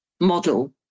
model